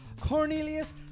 Cornelius